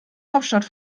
hauptstadt